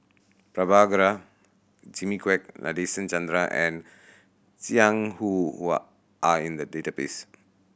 Prabhakara Jimmy Quek Nadasen Chandra and Jiang Hu are in the database